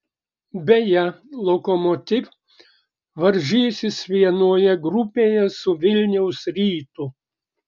beje lokomotiv varžysis vienoje grupėje su vilniaus rytu